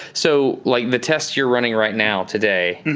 so like the tests you're running right now today,